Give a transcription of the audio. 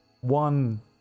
one